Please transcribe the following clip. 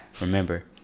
remember